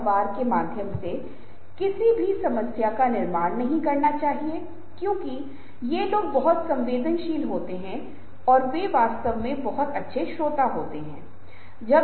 विभिन्न कारणों के कारण लोग एक साथ काम नहीं करना चाहते हैं और यदि गलती से उन्हें एक विशेष समूह में डाल दिया जाता है तो समूह प्रभावी ढंग से काम नहीं करने वाला है हमेशा कुछ प्रकार की समस्याएं आएंगी